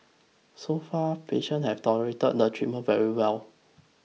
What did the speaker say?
so far patients have tolerated the treatment very well